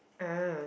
ah